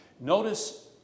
Notice